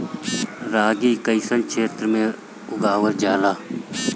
रागी कइसन क्षेत्र में उगावल जला?